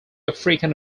african